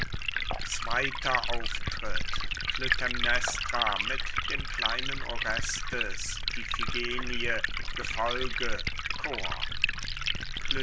strand klytämnestra mit dem kleinen orestes iphigenie gefolge chor